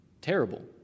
Terrible